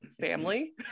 family